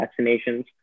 vaccinations